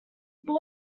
but